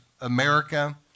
America